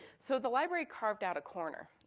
so the library carved out a corner.